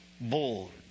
bored